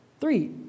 Three